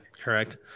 correct